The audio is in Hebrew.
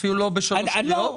אפילו לא בשלוש קריאות?